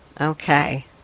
Okay